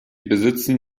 besitzen